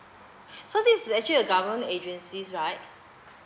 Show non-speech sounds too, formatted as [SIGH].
[BREATH] so this is the actually a government agencies right